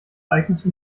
ereignis